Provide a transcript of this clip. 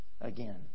again